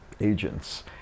agents